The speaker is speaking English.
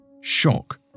Shock